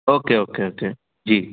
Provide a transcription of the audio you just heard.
okay okay okay ji